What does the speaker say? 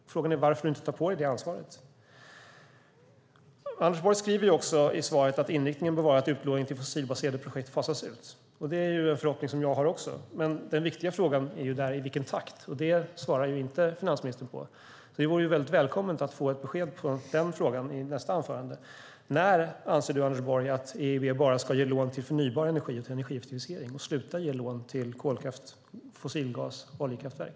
Frågan är varför du inte tar på dig det ansvaret. Anders Borg skriver också i svaret att inriktningen bör vara att utlåningen till fossilbaserade projekt fasas ut. Det är en förhoppning som jag har också, men den viktiga frågan är i vilken takt detta ska ske, och det svarar finansministern inte på. Det vore välkommet med ett besked i den frågan i nästa anförande. När anser du, Anders Borg, att EIB bara ska ge lån till förnybar energi och energieffektivisering och sluta ge lån till kolkraft, fossilgas och oljekraftverk?